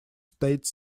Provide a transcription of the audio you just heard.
state